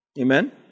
amen